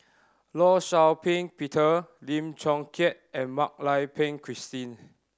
Law Shau Ping Peter Lim Chong Keat and Mak Lai Peng Christine